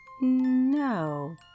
No